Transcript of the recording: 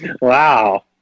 Wow